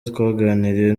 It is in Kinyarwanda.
twaganiriye